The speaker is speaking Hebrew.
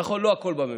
נכון, לא הכול בממשלה,